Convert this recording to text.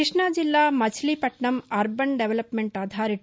కృష్ణాజిల్లా Machilipatnam urban development authority